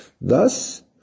Thus